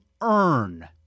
earn